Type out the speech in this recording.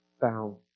found